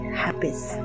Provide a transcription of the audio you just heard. habits